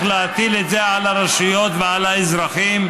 להטיל את זה על הרשויות ועל האזרחים,